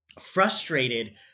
frustrated